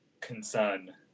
concern